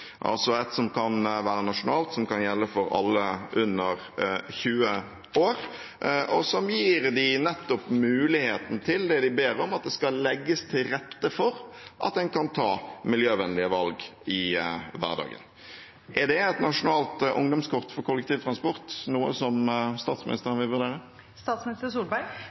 altså ett som kan være nasjonalt, som kan gjelde for alle under 20 år, og som gir dem muligheten til nettopp det de ber om: at det skal legges til rette for at en kan ta miljøvennlige valg i hverdagen. Er et nasjonalt ungdomskort for kollektivtransport noe statsministeren vil